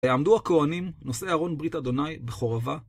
יעמדו הכוהנים, נושאי אהרון ברית אדוני בחורבה.